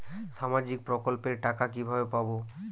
সামাজিক প্রকল্পের টাকা কিভাবে পাব?